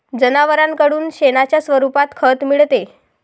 जनावरांकडून शेणाच्या स्वरूपात खत मिळते